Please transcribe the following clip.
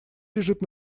лежит